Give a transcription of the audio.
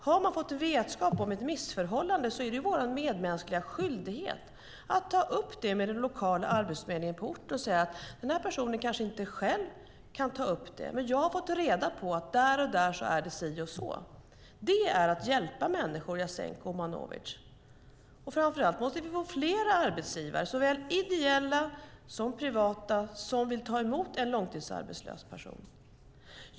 Har man fått vetskap om ett missförhållande är det vår medmänskliga skyldighet att ta upp det med den lokala arbetsförmedlingen och säga: Den här personen kanske inte själv kan ta upp det, men jag har fått reda på att där och där är det si och så. Det är att hjälpa människor, Jasenko Omanovic. Framför allt måste vi få fler arbetsgivare, såväl ideella som privata, som vill ta emot en långtidsarbetslös person.